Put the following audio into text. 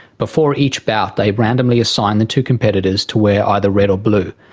before each bout they randomly assign the two competitors to wear either red or blue,